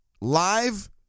live